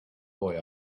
boy